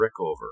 Rickover